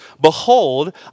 Behold